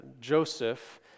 Joseph